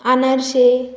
अनारसे